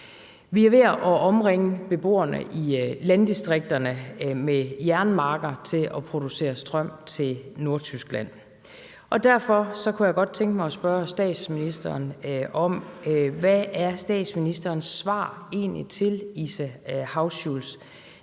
Vi er ved at omringe beboerne i landdistrikterne med jernmarker til at producere strøm til Nordtyskland. Derfor kunne jeg godt tænke mig at spørge statsministeren: Hvad er statsministerens svar egentlig til Ilse Hauschultz,